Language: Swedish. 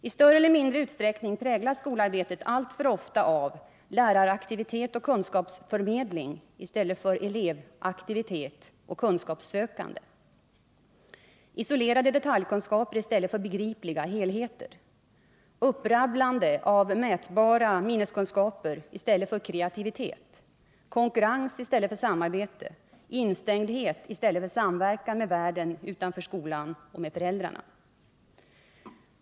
I större eller mindre utsträckning präglas skolarbetet alltför ofta av läraraktivitet och kunskapsförmedling i stället för elevaktivitet och kunskapssökande, isolerade detaljkunskaper i stället för begripliga helheter, upprabblande av mätbara minneskunskaper i stället för kreativitet, konkurrens i stället för samarbete och instängdhet i stället för samverkan med världen utanför skolan och med föräldrarna.